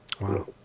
Wow